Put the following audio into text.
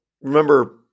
remember